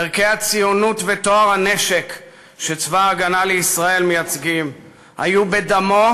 ערכי הציונות וטוהר הנשק שצבא ההגנה לישראל מייצגים היו בדמו,